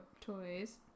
toys